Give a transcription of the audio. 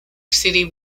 city